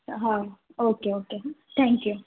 હા okay okay thank you